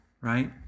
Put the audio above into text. right